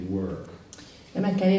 work